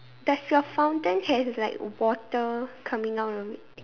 does your fountain have like water coming out of it